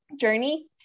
journey